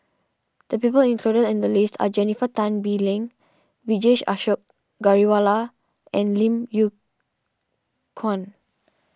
the people included in the list are Jennifer Tan Bee Leng Vijesh Ashok Ghariwala and Lim Yew Kuan